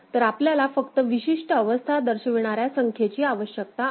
तर आपल्याला फक्त विशिष्ट अवस्था दर्शविणाऱ्या संख्येची आवश्यकता आहे